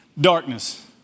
darkness